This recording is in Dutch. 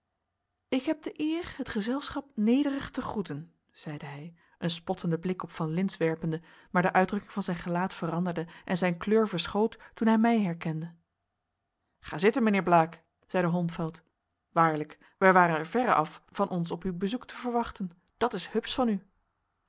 ik heb de eer het gezelschap nederig te groeten zeide hij een spottenden blik op van lintz werpende maar de uitdrukking van zijn gelaat veranderde en zijn kleur verschoot toen hij mij herkende ga zitten mijnheer blaek zeide holmfeld waarlijk wij waren er verre af van ons op uw bezoek te verwachten dat is hupsch van u